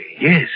Yes